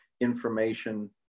information